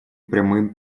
прямым